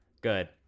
Good